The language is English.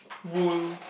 wool